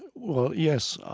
and well, yes.